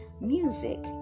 Music